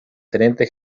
teniente